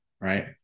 right